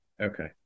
Okay